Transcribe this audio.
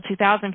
2000